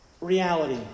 reality